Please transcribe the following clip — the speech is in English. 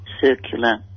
circular